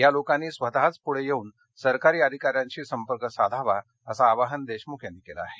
या लोकांनी स्वतःच पूढे येऊन सरकारी अधिकाऱ्यांशी संपर्क साधावा असं आवाहन देशमुख यांनी केलं आहे